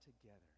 together